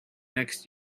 next